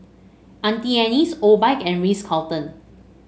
Auntie Anne's Obike and Ritz Carlton